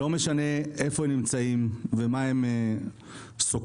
לא משנה איפה הם נמצאים ומה הם סוקרים,